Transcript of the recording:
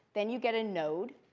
then you get a node.